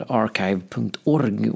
archive.org